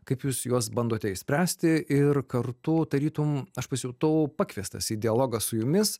kaip jūs juos bandote išspręsti ir kartu tarytum aš pasijutau pakviestas į dialogą su jumis